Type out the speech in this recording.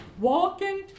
walking